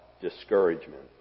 discouragement